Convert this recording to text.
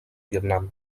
vietnam